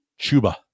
chuba